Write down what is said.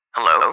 Hello